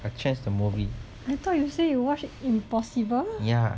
I thought you say you watch impossible